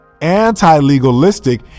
anti-legalistic